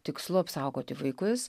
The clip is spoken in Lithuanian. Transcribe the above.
tikslu apsaugoti vaikus